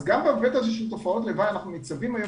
אז גם בהיבט של תופעות לוואי אנחנו ניצבים היום